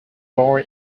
born